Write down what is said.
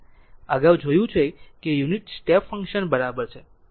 અગાઉ જોયું છે કે યુનિટ સ્ટેપ ફંક્શન બરાબર છે